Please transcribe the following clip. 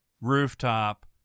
rooftop